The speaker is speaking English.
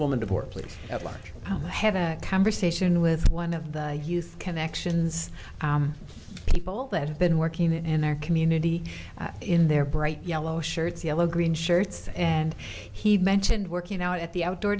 large have a conversation with one of the youth connections people that have been working and their community in their bright yellow shirts yellow green shirts and he mentioned working out at the outdoor